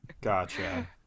Gotcha